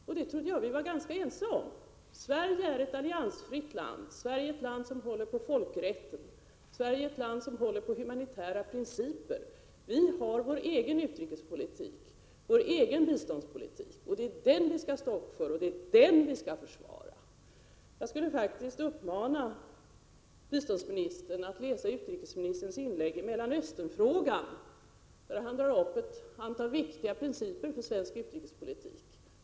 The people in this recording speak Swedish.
Jag trodde att vi var ganska ense om att Sverige är ett alliansfritt land och ett land som håller på folkrätten och humanitära principer. Vi har vår egen utrikespolitik och biståndspolitik. Det är vår egen politik som vi skall ställa upp för och försvara. Jag vill uppmana biståndsministern att läsa utrikesministerns inlägg i debatten om Mellanösternfrågan, där han slår fast ett antal viktiga principer för svensk utrikespolitik.